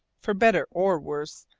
for better or worse,